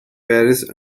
paris